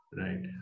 Right